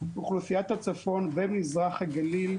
אוכלוסיית הצפון ומזרח הגליל,